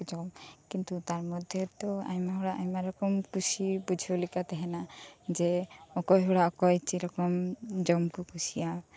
ᱠᱤᱱᱛᱩ ᱛᱟᱨ ᱢᱚᱫᱽᱫᱷᱮ ᱟᱭᱢᱟ ᱦᱚᱲᱟᱜ ᱟᱭᱢᱟ ᱨᱚᱠᱚᱢ ᱛᱚ ᱠᱩᱥᱤ ᱵᱩᱡᱷᱟᱹᱣ ᱠᱚ ᱛᱟᱦᱮᱸᱱᱟ ᱡᱮ ᱚᱠᱚᱭ ᱦᱚᱲ ᱚᱠᱚᱭ ᱪᱮᱫ ᱞᱮᱠᱟ ᱡᱚᱢ ᱠᱚ ᱠᱩᱥᱤᱭᱟᱜᱼᱟ